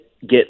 get